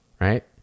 right